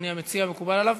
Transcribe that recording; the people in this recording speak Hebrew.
אדוני המציע, מקובל עליו?